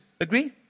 Agree